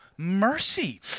mercy